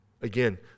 again